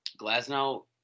Glasnow